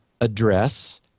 address